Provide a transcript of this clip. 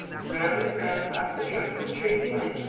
round and round up the trunk of the tree he went,